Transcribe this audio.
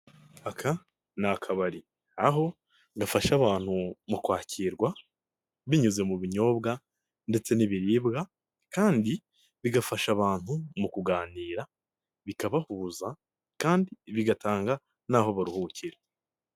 Aka ni akabari aho gafasha abantu mu kwakirwa binyuze mu binyobwa ndetse n'ibiribwa kandi bigafasha abantu mu kuganira bikabahuza kandi bigatanga n'aho baruhukira.